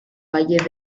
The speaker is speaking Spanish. valle